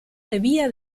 debía